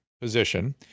position